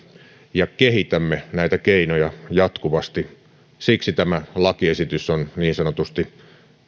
ja kehitämme näitä keinoja jatkuvasti tämä lakiesitys on niin sanotusti